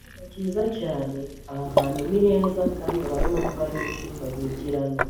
Icyumba cyiza cyane, aha hantu ni heza kandi urabona ko ari icyumba bigiramo.